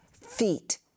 feet